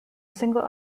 single